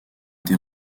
été